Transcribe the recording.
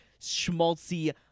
schmaltzy